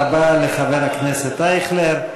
תודה רבה לחבר הכנסת אייכלר.